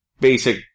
basic